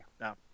no